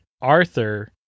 Arthur